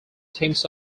teams